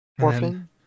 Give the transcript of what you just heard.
Orphan